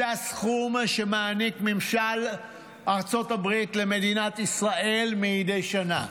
זה הסכום שמעניק ממשל ארצות הברית למדינת ישראל מדי שנה,